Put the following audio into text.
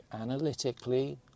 analytically